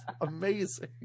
amazing